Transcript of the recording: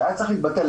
שהיה צריך להתבטל.